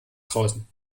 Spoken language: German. draußen